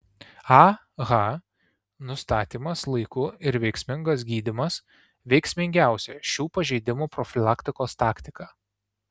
ah nustatymas laiku ir veiksmingas gydymas veiksmingiausia šių pažeidimų profilaktikos taktika